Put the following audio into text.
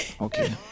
Okay